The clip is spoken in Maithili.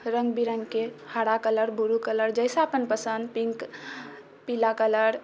रङ्गबिरङ्गके हरा कलर ब्लू कलर जैसा अपन पसन्द पिङ्क पीला कलर